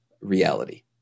reality